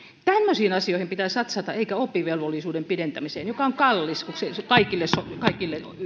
tämmöisiin asioihin pitää satsata eikä oppivelvollisuuden pidentämiseen joka on kallis kun sitä kaikille